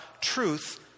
truth